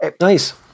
Nice